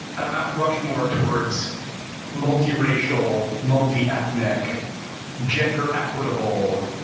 a mount rushmore towards multi-racial multi-ethnic gender equitable,